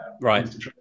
Right